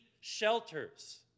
shelters